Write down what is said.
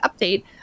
update